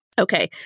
Okay